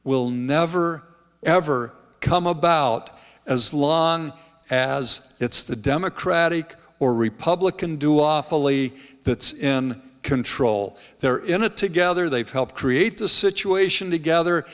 will never ever come about as long as it's the democratic or republican do awfully that's in control they're in it together they've helped create the situation together